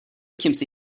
kimse